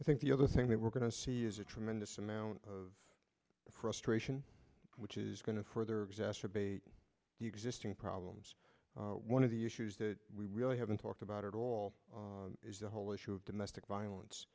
i think the other thing that we're going to see is a tremendous amount of frustration which is going to further exacerbate the existing problems one of the issues that we really haven't talked about at all is the whole issue of domestic violence